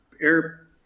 Air